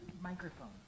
Microphone